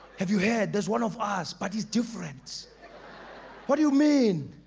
have you heard there's one of us, but he's different what do you mean?